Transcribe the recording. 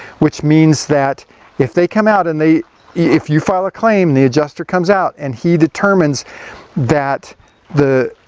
which means that if they come out, and they if you file a claim, the adjuster comes out, and he determines that the,